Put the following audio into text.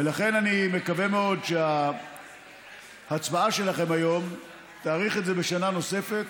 ולכן אני מקווה מאוד שההצבעה שלכם היום תאריך את זה בשנה נוספת,